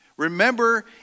Remember